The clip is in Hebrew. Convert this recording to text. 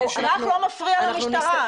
אזרח לא מפריע למשטרה.